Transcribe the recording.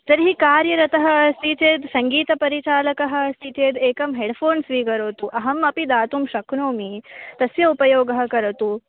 तर्हि कार्यरतः अस्ति चेत् सङ्गीतपरिचालकः अस्ति चेत् एकं हेड्फ़ोन् स्वीकरोतु अहम् अपि दातुं शक्नोमि तस्य उपयोगं करोतु